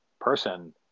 person